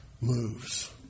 moves